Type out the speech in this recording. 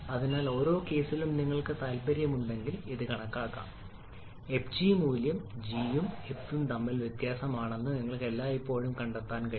അതിനാൽ ഓരോ കേസിലും നിങ്ങൾക്ക് താൽപ്പര്യമുണ്ടെങ്കിൽ ഇത് കണക്കാക്കാം എഫ്ജി മൂല്യം g ഉം f ഉം തമ്മിലുള്ള വ്യത്യാസമാണെന്ന് നിങ്ങൾക്ക് എല്ലായ്പ്പോഴും കണ്ടെത്താനാകും